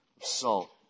salt